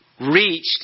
reached